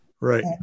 Right